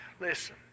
Listen